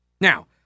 Now